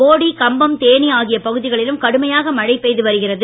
போடி கம்பம் தேனி ஆகிய பகுதிகளிலும் கடுமையாக மழை பெய்து வருகிறது